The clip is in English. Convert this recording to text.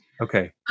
Okay